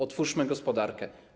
Otwórzmy gospodarkę.